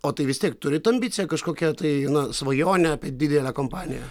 o tai vis tiek turit ambiciją kažkokią tai svajonę apie didelę kompaniją